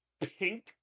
pink